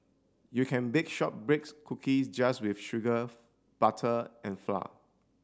you can bake shortbread's cookies just with sugar butter and flour